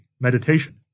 meditation